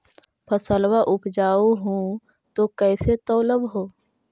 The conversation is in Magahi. फसलबा उपजाऊ हू तो कैसे तौउलब हो?